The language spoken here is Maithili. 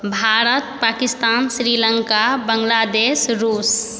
भारत पाकिस्तान श्रीलङ्का बंगलादेश रुस